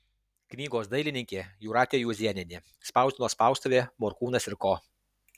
knygos dailininkė jūratė juozėnienė spausdino spaustuvė morkūnas ir ko